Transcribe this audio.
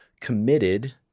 committed